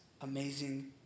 amazing